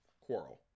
quarrel